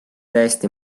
täiesti